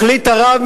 החליט הרב,